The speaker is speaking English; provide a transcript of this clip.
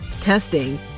testing